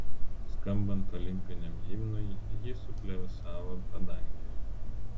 skambant olimpiniam himnui ji suplevėsavo padangėje